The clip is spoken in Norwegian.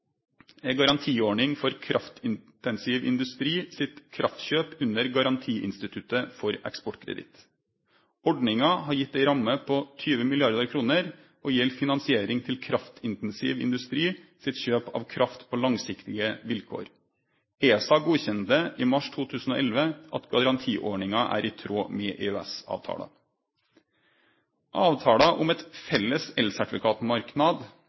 ei garantiordning for kraftintensiv industri sitt kraftkjøp under Garanti-instituttet for Eksportkreditt. Ordninga er gitt ei ramme på 20 mrd. kr og gjeld finansiering til kraftintensiv industri sitt kjøp av kraft på langsiktige vilkår. ESA godkjende i mars 2011 at garantiordninga er i tråd med EØS-avtala. Avtala om